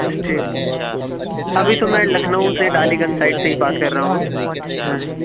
stay ابھی تو میں لکھنؤ سے ڈالی گنج سائیڈ سے ہی بات کر رہا ہوں ہاں